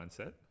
mindset